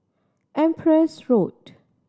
Empress Road